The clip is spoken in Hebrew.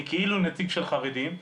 אני כאילו נציג של החרדים,